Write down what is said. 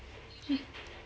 mm